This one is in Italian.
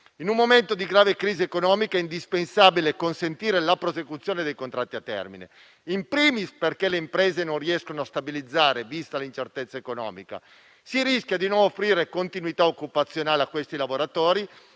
In un momento di grave crisi economica, è indispensabile consentire la prosecuzione dei contratti a termine, *in primis* perché le imprese non riescono a stabilizzare, vista l'incertezza economica. Si rischia dunque di non offrire continuità occupazionale a questi lavoratori